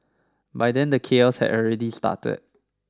by then the chaos had already started